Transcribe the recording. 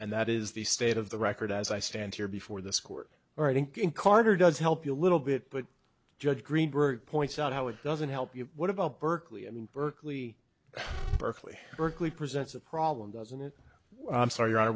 and that is the state of the record as i stand here before this court or i think in carter does help you a little bit but judge greenberg points out how it doesn't help you what about berkeley and berkeley berkeley berkeley presents a problem doesn't it i'm sorry you